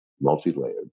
multi-layered